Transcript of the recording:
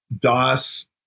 DOS